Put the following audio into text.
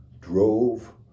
drove